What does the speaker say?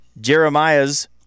Jeremiah's